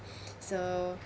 so